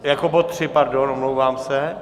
Jako bod 3, pardon, omlouvám se.